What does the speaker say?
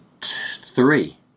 three